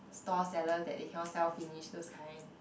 store sellers that they cannot sell finish those kind